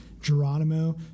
Geronimo